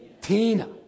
Tina